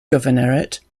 governorate